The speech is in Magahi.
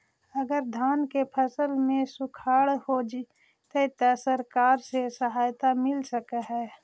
अगर धान के फ़सल में सुखाड़ होजितै त सरकार से सहायता मिल सके हे?